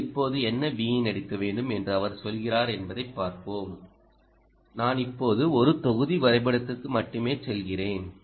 நீங்கள் இப்போது என்ன Vin எடுக்க வேண்டும் என்று அவர் சொல்கிறார் என்பதைப் பார்ப்போம் நான் இப்போது ஒரு தொகுதி வரைபடத்திற்கு மட்டுமே செல்கிறேன்